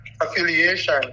affiliation